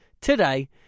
today